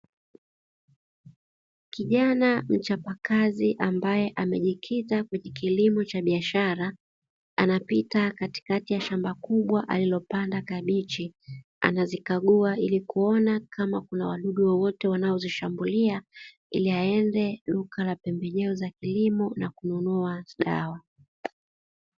Kijana mchapakazi ambaye amejikita kuji kilimo cha biashara anapita katikati ya shamba kubwa alilopanda kabichi anazikagua. Ili kuona kama kuna wadudu wowote wanaozishambulia ili aende duka la pembejeo za kilimo na kununua dawa.